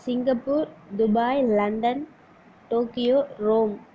Singapore Dubai London Tokyo Rome